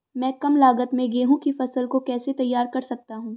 मैं कम लागत में गेहूँ की फसल को कैसे तैयार कर सकता हूँ?